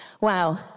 Wow